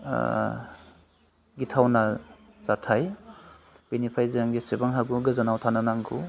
गिथावना जाथाइ बिनिफ्राय जों जिसिबां हागौ गोजानाव थानो नांगौ